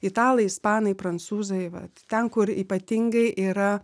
italai ispanai prancūzai vat ten kur ypatingai yra